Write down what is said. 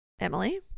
Emily